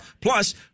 Plus